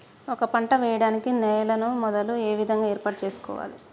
ఒక పంట వెయ్యడానికి నేలను మొదలు ఏ విధంగా ఏర్పాటు చేసుకోవాలి?